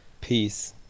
Peace